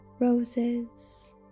roses